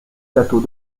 plateaux